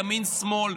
ימין שמאל.